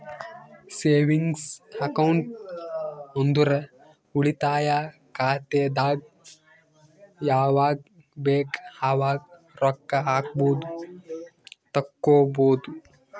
savings account ಅಂದುರ್ ಉಳಿತಾಯ ಖಾತೆದಾಗ್ ಯಾವಗ್ ಬೇಕ್ ಅವಾಗ್ ರೊಕ್ಕಾ ಹಾಕ್ಬೋದು ತೆಕ್ಕೊಬೋದು